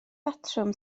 batrwm